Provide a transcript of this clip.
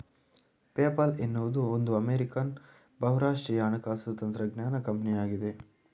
PayPal ಎನ್ನುವುದು ಒಂದು American ಬಹುರಾಷ್ಟ್ರೀಯ ಹಣಕಾಸು ತಂತ್ರಜ್ಞಾನ ಕಂಪನಿಯಾಗಿದೆ